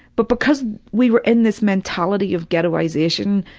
but because we were in this mentality of ghettoization,